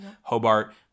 Hobart